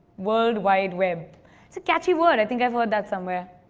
world wide web. it's a catchy word. i think i've heard that somewhere.